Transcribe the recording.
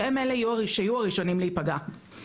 שהם אלה שיהיו הראשונים להיפגע.